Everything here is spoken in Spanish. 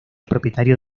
propietario